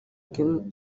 kim